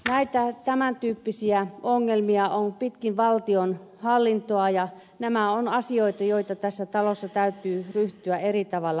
näitä tämän tyyppisiä ongelmia on pitkin valtionhallintoa ja nämä ovat asioita joita tässä talossa täytyy ryhtyä eri tavalla hoitamaan